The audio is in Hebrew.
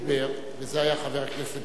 וזה היה חבר הכנסת בשארה,